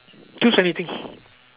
choose anything